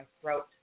throat